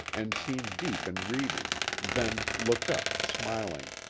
and seemed deep in reading, then looked up, smiling.